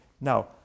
Now